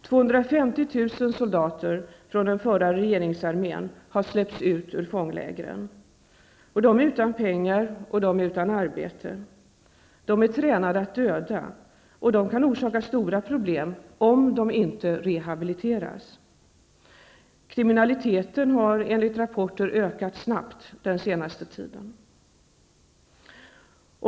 250 000 soldater från den förra regeringsarmén har släppts ut ur fånglägren. De är utan pengar och utan arbete. De är tränade att döda och kan orsaka stora problem om de inte rehabiliteras. Kriminaliteten har enligt rapporter ökat snabbt den senaste tiden.